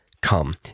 Come